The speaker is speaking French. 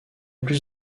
plus